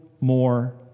more